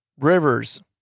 rivers